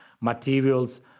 materials